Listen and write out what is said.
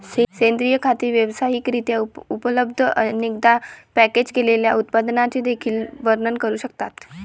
सेंद्रिय खते व्यावसायिक रित्या उपलब्ध, अनेकदा पॅकेज केलेल्या उत्पादनांचे देखील वर्णन करू शकतात